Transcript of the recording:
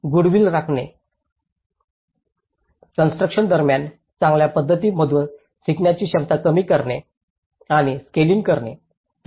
goodwill राखणे construction दरम्यान चांगल्या पद्धतींमधून शिकण्याची क्षमता कमी करणे आणि स्केलिंग करणे